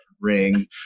ring